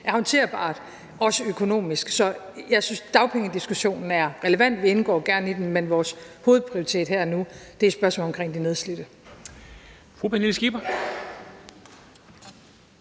er håndterbar, også økonomisk, så jeg synes dagpengediskussionen er relevant, og vi indgår gerne i den, men vores hovedprioritet her og nu er spørgsmålet om de nedslidte.